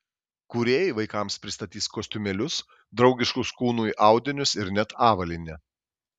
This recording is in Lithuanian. kūrėjai vaikams pristatys kostiumėlius draugiškus kūnui audinius ir net avalynę